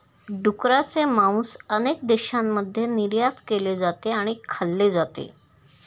डुकराचे मांस अनेक देशांमध्ये निर्यात केले जाते आणि खाल्ले जाते